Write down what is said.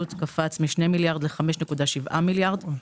קפץ מ-2 מיליארד שקל ל-5.7 מיליארד שקל,